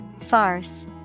Farce